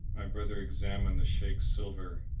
my brother examined the shaykh's silver,